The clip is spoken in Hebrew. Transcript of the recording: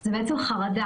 זה בעצם חרדה,